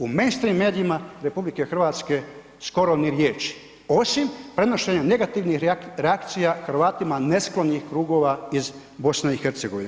U mainstream medijima RH skoro ni riječi osim prenošenja negativnih reakcija Hrvatima nesklonih krugova iz BiH.